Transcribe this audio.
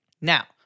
Now-